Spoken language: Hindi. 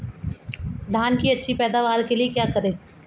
धान की अच्छी पैदावार के लिए क्या करें?